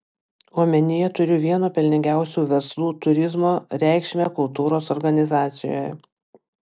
omenyje turiu vieno pelningiausių verslų turizmo reikšmę kultūros organizacijoje